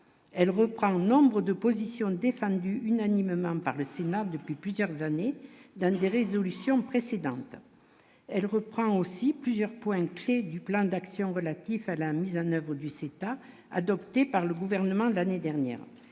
elle reprend nombre de positions défendues unanimement par le Sénat depuis plusieurs années dans des résolutions précédentes, elle reprend aussi plusieurs points de créer du plan d'action relatif à la mise en oeuvre du CETA adopté par le gouvernement de l'année dernière,